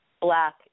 black